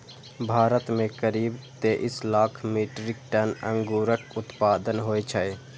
भारत मे करीब तेइस लाख मीट्रिक टन अंगूरक उत्पादन होइ छै